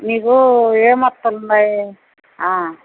మీకు ఏమొస్తుంది